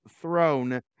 throne